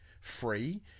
free